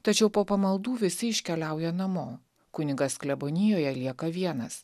tačiau po pamaldų visi iškeliauja namo kunigas klebonijoje lieka vienas